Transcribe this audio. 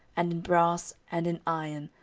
and in brass, and in iron,